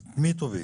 את מי תובעים,